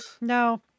no